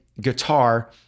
guitar